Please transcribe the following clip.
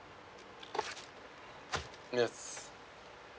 yes